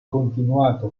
continuato